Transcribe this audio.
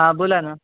हा बोला ना